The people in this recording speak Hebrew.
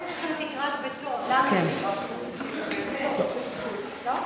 יש לכם תקרת בטון, לנו יש תקרת זכוכית, לא?